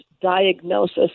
diagnosis